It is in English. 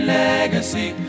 legacy